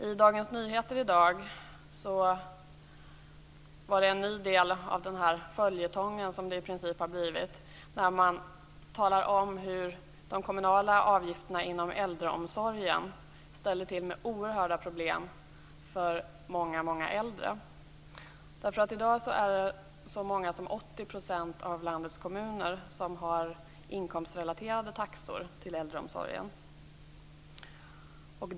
I Dagens Nyheter i dag fanns en ny del av det som i princip har blivit en följetong, där man talar om hur de kommunala avgifterna inom äldreomsorgen ställer till med oerhörda problem för många, många äldre. I dag har så stor del som 80 % av landets kommuner inkomstrelaterade taxor till äldreomsorgen.